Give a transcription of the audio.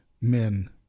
men